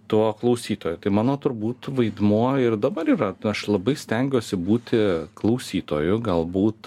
tuo klausytoju tai mano turbūt vaidmuo ir dabar yra aš labai stengiuosi būti klausytoju galbūt